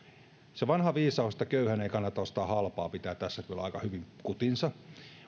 se vanha viisaus että köyhän ei kannata ostaa halpaa pitää tässä kyllä aika hyvin kutinsa